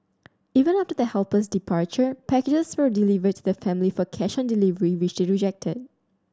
even after the helper's departure packages were delivered to the family for cash on delivery which they rejected